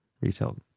retail